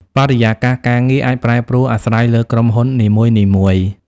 បរិយាកាសការងារអាចប្រែប្រួលអាស្រ័យលើក្រុមហ៊ុននីមួយៗ។